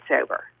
sober